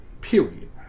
Period